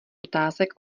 otázek